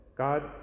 God